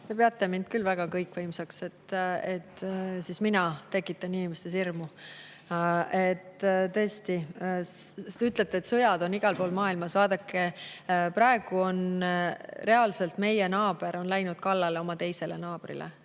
peate mind küll väga kõikvõimsaks, [kui usute], et mina tekitan inimestes hirmu. Te ütlesite, et sõjad on igal pool maailmas. Vaadake, praegu on reaalselt meie naaber läinud kallale oma teisele naabrile.